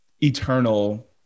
eternal